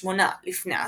ה-8 לפנה"ס,